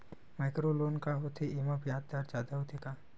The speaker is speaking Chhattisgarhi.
माइक्रो लोन का होथे येमा ब्याज दर जादा होथे का?